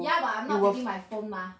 ya but I am not taking my phone mah